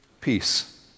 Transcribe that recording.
peace